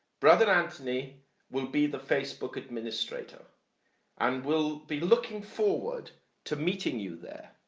brother anthony will be the facebook administrator and will be looking forward to meeting you there.